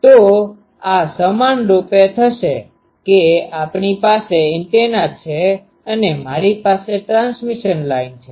તો આ સમાનરૂપે થશે કે આપણી પાસે એન્ટેના છે અને મારી પાસે ટ્રાન્સમિશન લાઇન છે